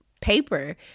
paper